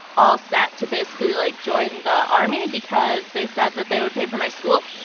all set to basically like join the army because they said that they would pay for my school.